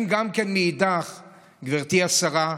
מאידך גיסא, גברתי השרה,